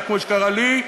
כמו שקרה לי,